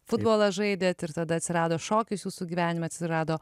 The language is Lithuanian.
futbolą žaidėt ir tada atsirado šokis jūsų gyvenime atsirado